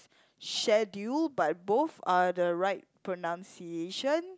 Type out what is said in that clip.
schedule but both are the right pronunciation